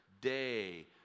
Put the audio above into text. day